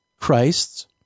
Christs